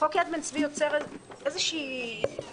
חוק יד בן-צבי יוצר איזו אנומליה,